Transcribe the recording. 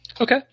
Okay